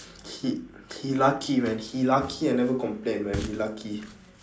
he he lucky man he lucky I never complain man he lucky